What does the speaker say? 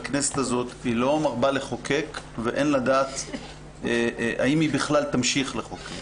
הכנסת הזאת לא מרבה לחוקק ואין לדעת אם היא בכלל תמשיך לחוקק.